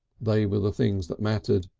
they were the things that mattered.